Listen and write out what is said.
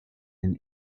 den